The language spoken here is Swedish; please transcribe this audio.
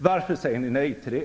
Varför säger ni nej till det?